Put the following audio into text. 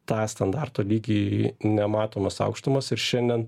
tą standarto lygį į nematomas aukštumas ir šiandien